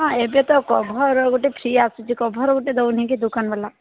ହଁ ଏବେ ତ କଭର୍ ଗୋଟେ ଫ୍ରି ଆସୁଛି କଭର୍ ଗୋଟେ ଦେଉନି କି ଦୋକାନ ଵାଲା